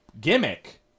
gimmick